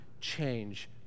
change